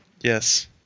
Yes